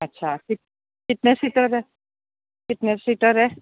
अच्छा कितने सीटर है कितने सीटर है